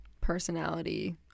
personality